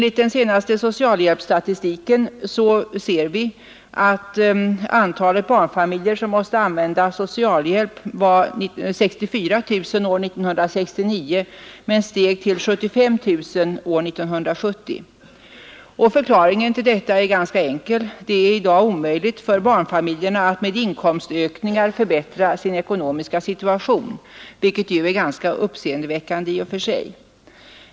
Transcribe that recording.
I den senaste socialhjälpsstatistiken ser vi att antalet barnfamiljer som måste använda socialhjälp var 64 000 år 1969 men steg till 75 000 år 1970. Förklaringen till detta är ganska enkel: Det är i dag omöjligt för barnfamiljerna att med inkomstökningar förbättra sin ekonomiska situation, vilket ju i och för sig är ganska uppseendeväckande.